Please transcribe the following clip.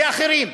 ואחרים.